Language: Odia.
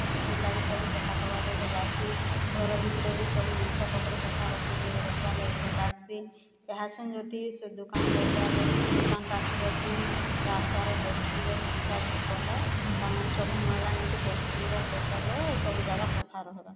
ତ ସେଥିର ଲାଗି ସବୁ ସଫା କର୍ବା ଲାଗି ଭଲ୍ ଲାଗ୍ସି ଘର ଭିତିରେ ବି ସବୁ ଜିନଷ ପତ୍ର ସଫା ରଖିକି ରଖ୍ବାର୍ ଲାଗି ଭଲ୍ ଲାଗ୍ସି ଏହାଛେନ୍ ଯଦି ସେ ଦୁକାନ୍ ବଜାରରେ କି ଦୁକାନ ପାଖରେ କି ରାସ୍ତାରେ ଡଷ୍ଟବିନ୍ର ସୁବିଧା କଲେ ତାମାନେ ସବୁ ମଇଳା ନେଇକିରି ଡଷ୍ଟବିନ୍ରେ ପକାଲେ ସବୁ ଜାଗା ସଫା ରହେବା